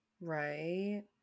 Right